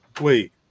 Wait